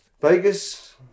Vegas